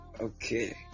Okay